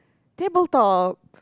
table top